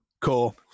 cool